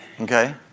Okay